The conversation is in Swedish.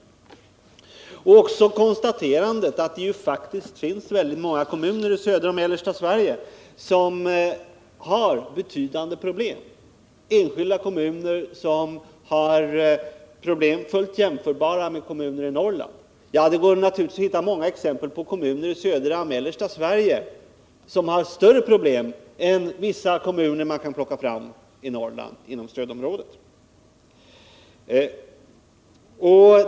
Det gäller också konstaterandet att det ju faktiskt i södra och mellersta Sverige finns många enskilda kommuner som har problem, fullt jämförbara med problemen i kommuner i Norrland. Ja, det går naturligtvis att hitta många exempel på kommuner i södra och mellersta Sverige som har större problem än vissa kommuner man kan plocka fram i Norrland inom stödområdet.